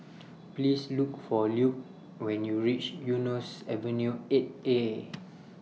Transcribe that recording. Please Look For Luke when YOU REACH Eunos Avenue eight A